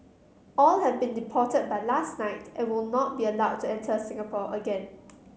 all have been deported by last night and will not be allowed to enter Singapore again